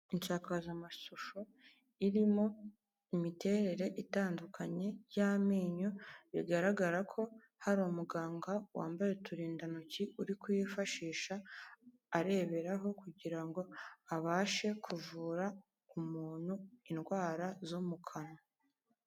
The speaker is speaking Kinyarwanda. Insakazamashusho irimo imiterere itandukanye y'amenyo bigaragara ko hari umuganga wambaye uturindantoki uri kuyifashisha areberaho, kugira ngo abashe kuvura umuntu indwara zo mu kanwa.